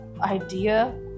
idea